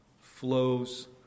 flows